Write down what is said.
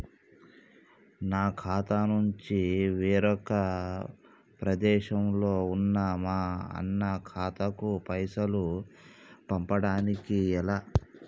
నా ఖాతా నుంచి వేరొక ప్రదేశంలో ఉన్న మా అన్న ఖాతాకు పైసలు పంపడానికి ఎలా?